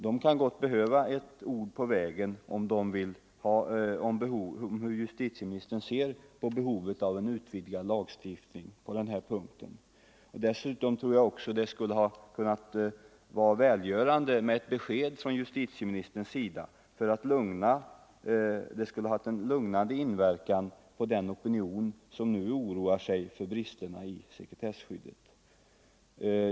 Den kan gott behöva ett ord på vägen om hur justitieministern ser på behovet av en utvidgad sekretesslagstiftning. Dessutom tror jag att ett besked från justitieministern skulle ha haft lugnande inverkan på den opinion som nu oroar sig för bristerna i sekretesskyddet.